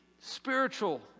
spiritual